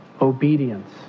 Obedience